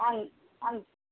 आं